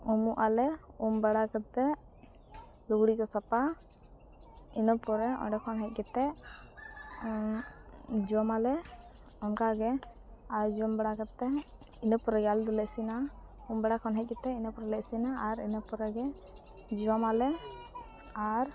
ᱩᱢᱩᱜ ᱟᱞᱮ ᱩᱢᱵᱟᱲᱟ ᱠᱟᱛᱮᱫ ᱞᱩᱜᱽᱲᱤᱠᱚ ᱥᱟᱯᱷᱟ ᱤᱱᱟᱹ ᱯᱚᱨᱮ ᱚᱸᱰᱮ ᱠᱷᱚᱱ ᱦᱮᱡ ᱠᱟᱛᱮᱫ ᱡᱚᱢᱟᱞᱮ ᱚᱱᱠᱟᱜᱮ ᱟᱨ ᱡᱚᱢᱵᱟᱲᱟ ᱠᱟᱛᱮᱫ ᱤᱱᱟᱹ ᱯᱚᱨᱮᱜᱮ ᱟᱞᱮ ᱫᱚᱞᱮ ᱤᱥᱤᱱᱟ ᱩᱢᱵᱟᱲᱟ ᱠᱷᱚᱱ ᱦᱮᱡ ᱠᱟᱛᱮᱫ ᱤᱱᱟᱹ ᱯᱚᱨᱮᱞᱮ ᱤᱥᱤᱱᱟ ᱟᱨ ᱤᱱᱟᱹ ᱯᱚᱨᱮᱜᱮ ᱡᱚᱢᱟᱞᱮ ᱟᱨ